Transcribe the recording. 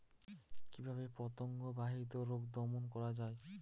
কিভাবে পতঙ্গ বাহিত রোগ দমন করা যায়?